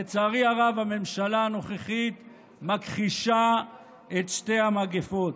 לצערי הרב, הממשלה הנוכחית מכחישה את שתי המגפות.